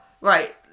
right